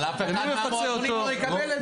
אבל אף אחד מהמועדונים לא יקבל את זה.